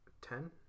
ten